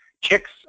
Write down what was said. Chicks